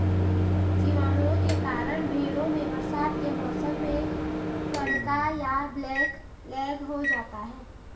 जीवाणुओं के कारण भेंड़ों में बरसात के मौसम में फड़का या ब्लैक लैग हो जाता है